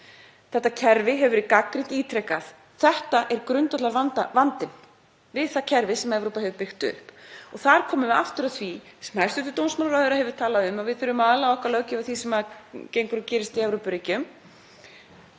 Þetta kerfi hefur verið gagnrýnt ítrekað. Þetta er grundvallarvandinn við það kerfi sem Evrópa hefur byggt upp. Þar komum við aftur að því sem hæstv. dómsmálaráðherra hefur talað um, þ.e. að við þurfum að laga okkar löggjöf að því sem gengur og gerist í Evrópuríkjum.